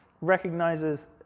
recognizes